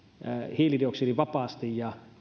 hiilidioksidivapaasti ja